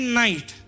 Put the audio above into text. night